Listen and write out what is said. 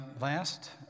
last